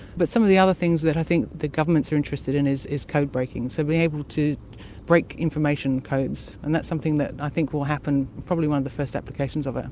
but some of the other things that i think the governments are interested in is is code breaking, so being able to break information codes, and that's something that i think will happen, probably one of the first applications of it.